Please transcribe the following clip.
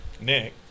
Nick